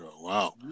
Wow